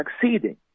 succeeding